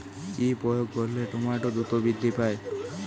কি প্রয়োগ করলে টমেটো দ্রুত বৃদ্ধি পায়?